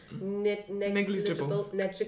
negligible